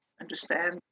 understand